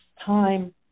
Time